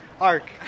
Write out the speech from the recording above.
arc